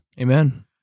Amen